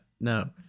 no